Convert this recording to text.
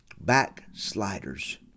backsliders